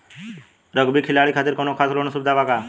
Rugby खिलाड़ी खातिर कौनो खास लोन सुविधा बा का?